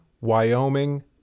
Wyoming